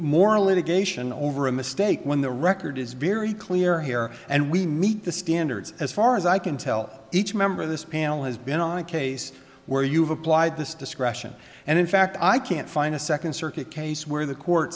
more litigation over a mistake when the record is very clear here and we meet the standards as far as i can tell each member of this panel has been on a case where you've applied this discretion and in fact i can't find a second circuit case where the court